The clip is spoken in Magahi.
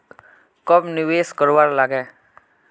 कब निवेश करवार लागे?